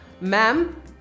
Ma'am